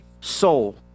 soul